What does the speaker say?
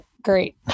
great